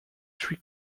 three